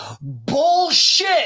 Bullshit